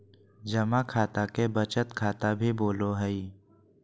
जमा खाता के बचत खाता भी बोलो हइ